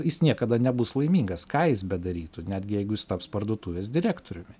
jis niekada nebus laimingas ką jis bedarytų netgi jeigu jis taps parduotuvės direktoriumi